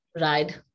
Ride